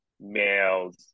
males